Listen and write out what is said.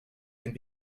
and